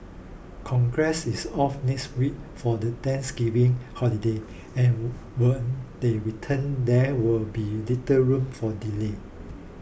Congress is off next week for the Thanksgiving holiday and when they return there will be little room for delay